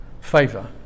favor